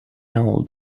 old